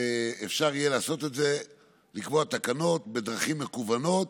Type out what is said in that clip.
אפשר יהיה לקבוע תקנות בדרכים מקוונות,